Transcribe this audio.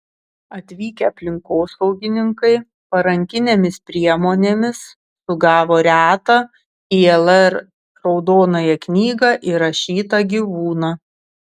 atvykę aplinkosaugininkai parankinėmis priemonėmis sugavo retą į lr raudonąją knygą įrašytą gyvūną